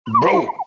bro